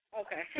Okay